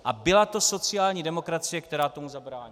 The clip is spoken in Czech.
A byla to sociální demokracie, která tomu zabránila!